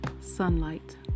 sunlight